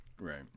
Right